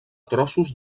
trossos